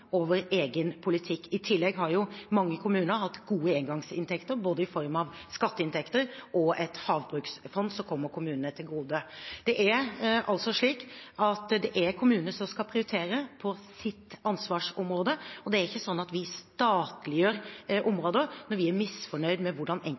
over egen politikk. I tillegg har mange kommuner hatt gode engangsinntekter i form av både skatteinntekter og et havbruksfond som kommer kommunene til gode. Det er altså kommunene som skal prioritere på sitt ansvarsområde, og det er ikke sånn at vi statliggjør